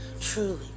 truly